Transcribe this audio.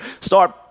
start